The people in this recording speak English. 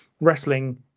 wrestling